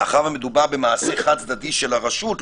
מאחר ומדובר במעשה חד צדדי של הרשות,